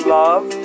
love